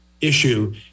issue